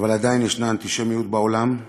אבל עדיין יש אנטישמיות בעולם.